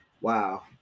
Wow